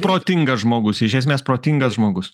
protingas žmogus iš esmės protingas žmogus